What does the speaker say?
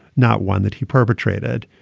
not one that he perpetrated.